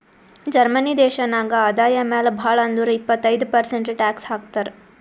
Germany ದೇಶನಾಗ್ ಆದಾಯ ಮ್ಯಾಲ ಭಾಳ್ ಅಂದುರ್ ಇಪ್ಪತ್ತೈದ್ ಪರ್ಸೆಂಟ್ ಟ್ಯಾಕ್ಸ್ ಹಾಕ್ತರ್